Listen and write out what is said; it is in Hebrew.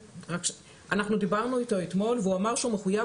אנחנו דיברנו איתו אתמול והוא אמר שהוא מחויב